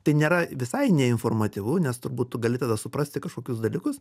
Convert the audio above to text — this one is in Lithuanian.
tai nėra visai neinformatyvu nes turbūt tu gali tada suprasti kažkokius dalykus